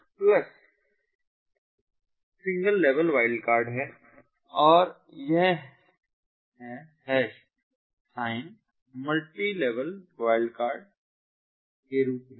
plus single level wildcard है और यह hash sign multilevel wide wildcard के रूप में है